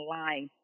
line